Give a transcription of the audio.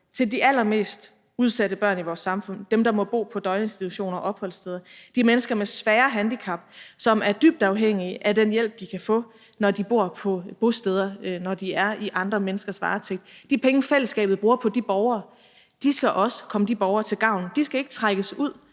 til de allermest udsatte børn i vores samfund, dem, der må bo på døgninstitutioner og opholdssteder, de mennesker med svære handicap, som er dybt afhængige af den hjælp, de kan få, når de bor på bosteder, når de er i andre menneskers varetægt. Vi mener, at de penge, fællesskabet bruger på de borgere, også skal komme de borgere til gavn. De skal ikke trækkes ud